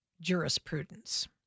jurisprudence